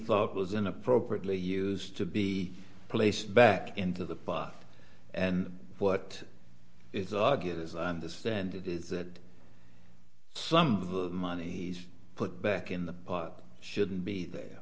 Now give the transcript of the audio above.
thought was an appropriately used to be placed back into the pot and what is argued as i understand it is that some of the money he's put back in the pot shouldn't be there